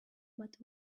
but